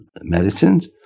medicines